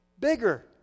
bigger